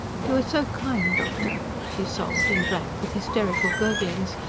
you are so kind, doctor, she sobbed, and drank, with hysterical gurglings,